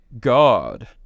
god